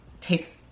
take